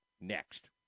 Next